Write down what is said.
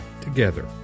together